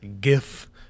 GIF